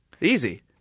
Easy